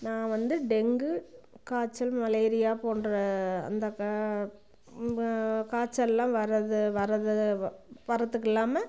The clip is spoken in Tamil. நான் வந்து டெங்கு காய்ச்சல் மலேரியா போன்ற அந்த கா காய்ச்சல்லாம் வரது வரது வரத்துக்கு இல்லாமல்